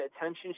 attention